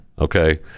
okay